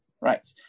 right